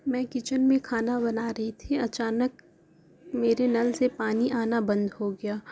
میں کچن میں کھانا بنا رہی تھی اچانک میرے نل سے پانی آنا بند ہو گیا